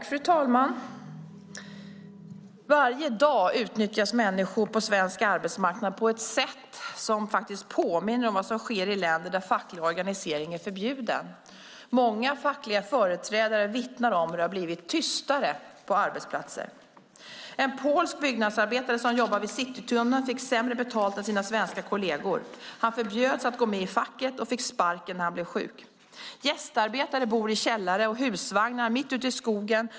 Fru talman! Varje dag utnyttjas människor på svensk arbetsmarknad på ett sätt som påminner om vad som sker i länder där facklig organisering är förbjuden. Många fackliga företrädare vittnar om hur det har blivit tystare på arbetsplatser. En polsk byggnadsarbetare som jobbade vid Citytunneln fick sämre betalt än sina svenska kolleger. Han förbjöds att gå med i facket och fick sparken när han blev sjuk. Gästarbetare bor i källare och husvagnar mitt ute i skogen.